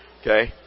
Okay